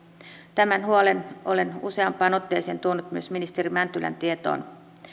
tämän huolen olen useampaan otteeseen tuonut myös ministeri mäntylän tietoon